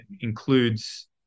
includes